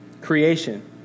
Creation